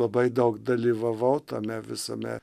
labai daug dalyvavau tame visame